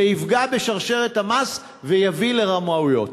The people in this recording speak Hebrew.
זה יפגע בשרשרת המס ויביא לרמאויות.